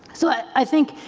so i think